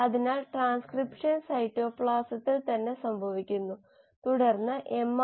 അതിനാൽ സ്കെയിൽ അപ്പ്നേക്കാൾ സ്കെയിൽ ഡൌണിന്റെ ഗുണം അതാണെന്ന് പറയാം